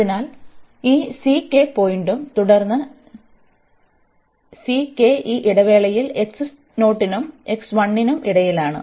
അതിനാൽ ഈ പോയിന്റും തുടർന്ന് ഈ ഇടവേളയിൽ നും നും ഇടയിലാണ്